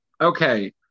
Okay